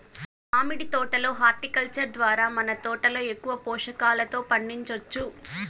మామిడి తోట లో హార్టికల్చర్ ద్వారా మన తోటలో ఎక్కువ పోషకాలతో పండించొచ్చు